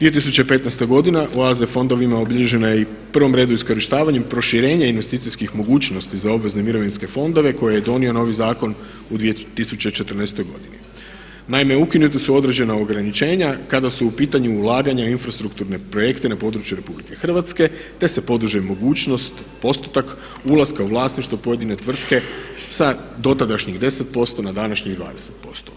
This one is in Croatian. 2015. godina u AZ fondovima obilježena je i u prvom redu iskorištavanjem, proširenje investicijskih mogućnosti za obvezne mirovinske fondove koje je donio novi zakon u 2014.godini. naime, ukinuta su određena ograničenja kada su u pitanju ulaganja u infrastrukturne projekte na području RH te se podiže mogućnosti, postotak ulaska u vlasništvo pojedine tvrtke sa dotadašnjih deset posto na današnjih dvadeset posto.